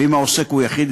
ואם העוסק הוא יחיד,